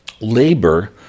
Labor